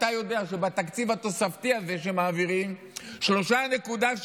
אתה יודע שבתקציב התוספתי הזה מעבירים 3.7